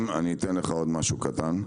אני אתן לך עוד משהו קטן,